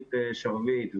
נורית שרביט,